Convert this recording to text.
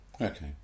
Okay